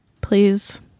please